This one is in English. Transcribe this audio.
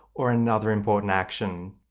or another important action.